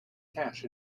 cash